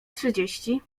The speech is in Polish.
trzydzieści